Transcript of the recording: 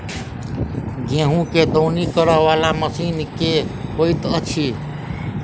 गेंहूँ केँ दौनी करै वला मशीन केँ होइत अछि?